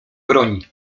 broń